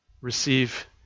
Receive